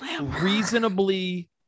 reasonably